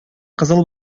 кызыл